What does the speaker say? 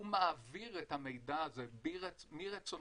הוא מעביר את המידע הזה מרצונו